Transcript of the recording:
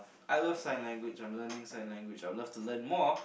I love sign language I'm learning sign language I would love to learn more